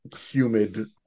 humid